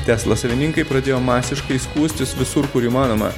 tesla savininkai pradėjo masiškai skųstis visur kur įmanoma